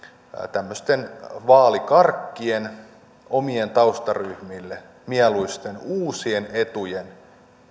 tämmöisten vaalikarkkien omille taustaryhmille mieluisten uusien etujen